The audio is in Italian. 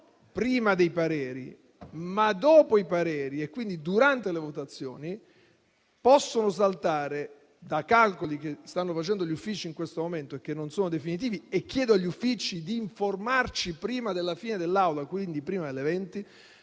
prima dei pareri, ma dopo i pareri e quindi durante le votazioni, possono saltare - da calcoli che stanno facendo gli Uffici in questo momento e che non sono definitivi (e chiedo agli stessi di informarci prima della fine dell'Aula, quindi prima delle 20)